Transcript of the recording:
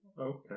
Okay